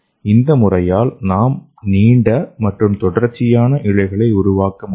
இந்த முறையால் நாம் நீண்ட மற்றும் தொடர்ச்சியான இழைகளை உருவாக்க முடியும்